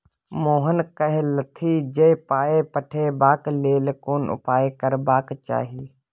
मोहन कहलथि जे पाय पठेबाक लेल कोन उपाय करबाक चाही